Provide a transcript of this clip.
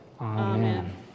Amen